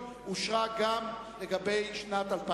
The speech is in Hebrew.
אמרתי והודעתי לחברי הכנסת,